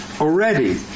already